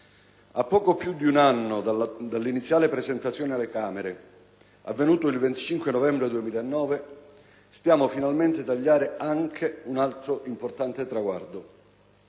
a poco più di un anno dall'iniziale presentazione alle Camere, avvenuta il 25 novembre 2009, stiamo finalmente per tagliare un altro importante traguardo.